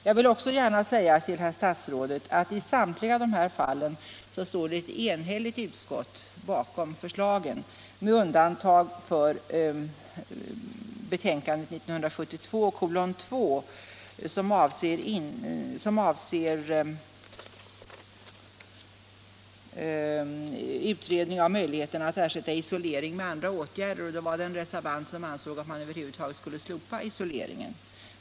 Jag vill också gärna säga till herr statsrådet att i samtliga dessa fall står ett enigt utskott bakom förslagen, med undantag för betänkandet 1974:2 som avser utredning av möjligheterna att ersätta isolering med Nr 32 andra åtgärder; där var det en reservant som ansåg att man över huvud Tisdagen den taget skulle slopa isoleringen.